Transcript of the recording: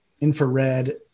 infrared